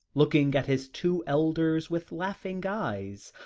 looking at his two elders with laughing eyes,